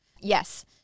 Yes